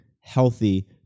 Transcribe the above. healthy